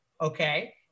okay